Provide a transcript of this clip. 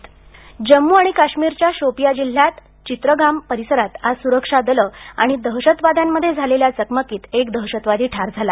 दहशतवादी ठार जम्मू आणि काश्मीरच्या शोपिया जिल्ह्यात चित्रगाम परिसरात आज सुरक्षा दलं आणि दहशतवाद्यांमध्ये झालेल्या चकमकीत एक दहशतवादी ठार झाला